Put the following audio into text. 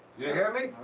you hear me?